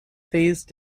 phase